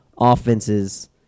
offenses